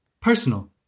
Personal